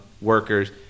workers